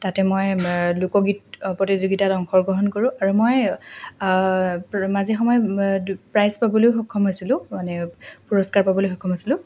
তাতে মই লোকগীত প্ৰতিযোগিতাত অংশগ্ৰহণ কৰোঁ আৰু মই মাজে সময়ে প্ৰাইজ পাবলৈও সক্ষম হৈছিলোঁ মানে পুৰস্কাৰ পাবলৈ সক্ষম হৈছিলোঁ